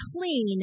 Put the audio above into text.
clean